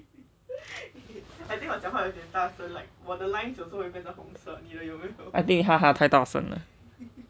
I think 你哈哈太大声了